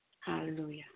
Hallelujah